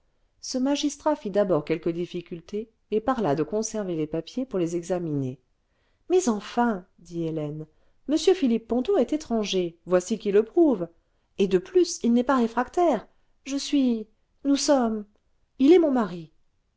ce magistrat fit d'abord quelques difficultés et parla de conserver les papiers pour les examiner ce mais enfin dit hélène m philippe ponto est étranger voici qui le prouve et de plus il n'est pas réfractaire je suis nous sommes il est mon mari